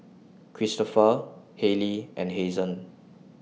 Kristofer Hailie and Hazen